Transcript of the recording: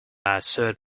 assert